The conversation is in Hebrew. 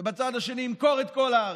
ובצד השני ימכור את כל הארץ.